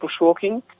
bushwalking